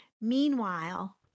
Meanwhile